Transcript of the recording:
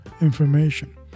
information